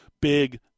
big